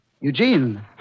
Eugene